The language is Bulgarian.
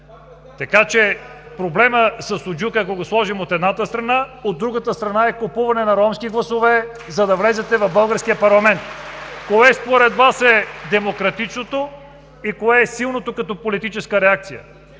Така че проблемът със суджука, ако го сложим от едната страна, от другата страна е купуване на ромски гласове, за да влезете в българския парламент. (Ръкопляскания от ГЕРБ.) Кое според Вас е демократичното и кое е силното като политическа реакция?